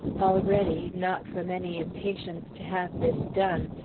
already, not from any impatience to have this done,